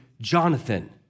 Jonathan